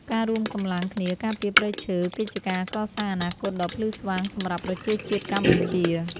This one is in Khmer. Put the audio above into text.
ការរួមកម្លាំងគ្នាការពារព្រៃឈើ គឺជាការកសាងអនាគតដ៏ភ្លឺស្វាងសម្រាប់ប្រជាជាតិកម្ពុជា។